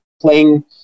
playing